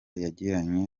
yagiranye